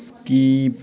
skip